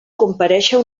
comparèixer